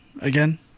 again